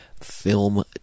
film